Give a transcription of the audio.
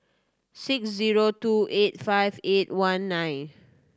six zero two eight five eight one nine